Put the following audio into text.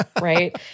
right